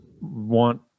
want